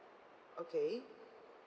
okay